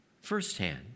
firsthand